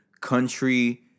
country